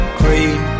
green